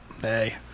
hey